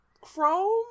chrome